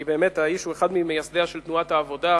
כי האיש הוא אחד ממייסדיה של תנועת העבודה,